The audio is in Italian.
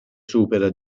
supera